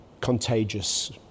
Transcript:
contagious